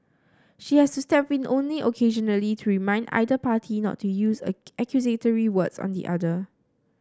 she has to step in only occasionally to remind either party not to use accusatory words on the other